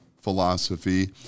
philosophy